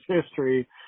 history